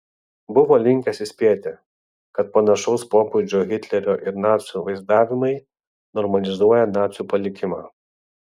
buvo linkęs įspėti kad panašaus pobūdžio hitlerio ir nacių vaizdavimai normalizuoja nacių palikimą